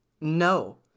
No